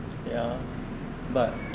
ya but